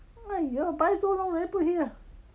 !aiyo! buy so long already put here